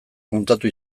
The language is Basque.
kontatu